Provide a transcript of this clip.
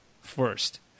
first